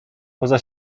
poza